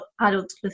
adults